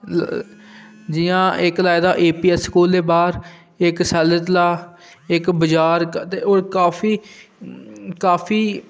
जि'यां इक लाए दा एपीएस स्कूलै दे बाह्र इक सैलां दा तलाऽ ते इक बजार ते होर काफी काफी